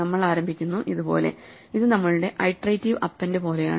നമ്മൾ ആരംഭിക്കുന്നു ഇതുപോലെ ഇത് നമ്മളുടെ ഐട്രേറ്റിവ് അപ്പെൻഡ് പോലെയാണ്